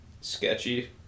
sketchy